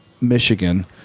Michigan